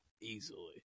easily